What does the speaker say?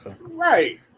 right